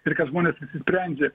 ir kad žmonės visi sprendžia